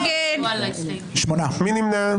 מי נמנע?